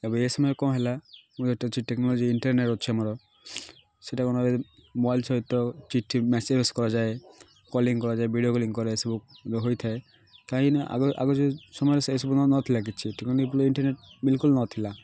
ଏବେ ଏ ସମୟ କ'ଣ ହେଲା ମୁରେ ଅଛି ଟେକ୍ନୋଲୋଜି ଇଣ୍ଟରନେଟ୍ ଅଛି ଆମର ସେଇଟା କ'ଣ ମୋବାଇଲ୍ ସହିତ ଚିଠି ମେସେଜ୍ ଭେସେଜ୍ କରାଯାଏ କଲିଂ କରାଯାଏ ଭିଡ଼ିଓ କଲିଂ କରାଯାଏ ଏସବୁ ହୋଇଥାଏ କାହିଁକିନା ଆଗରୁ ସମୟରେ ସେସବୁ ନଥିଲା କିଛି ଟେକ୍ନୋଲୋଜି ଇଣ୍ଟରନେଟ୍ ବିଲକୁଲ୍ ନଥିଲା